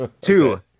Two